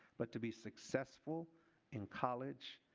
but to be successful in college,